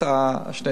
שני דברים,